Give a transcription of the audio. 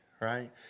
right